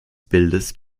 bildes